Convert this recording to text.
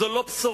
זאת לא בשורה.